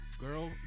Girl